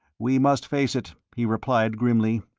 we must face it, he replied, grimly.